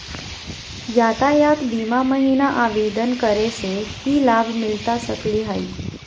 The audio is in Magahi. यातायात बीमा महिना आवेदन करै स की लाभ मिलता सकली हे?